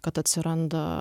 kad atsiranda